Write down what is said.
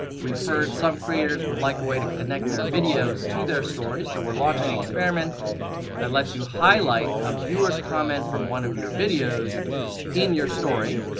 we've heard some creators would like a way to connect their videos to their stories so we're launching an experiment that lets you highlight a viewer's comment from one of your videos in your story.